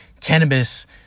cannabis